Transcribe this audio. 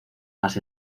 más